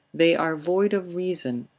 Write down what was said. they are void of reason,